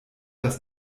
dass